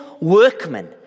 workmen